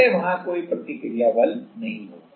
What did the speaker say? अत वहां कोई प्रतिक्रिया बल नहीं होगा